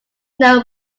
now